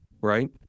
right